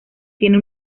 tiene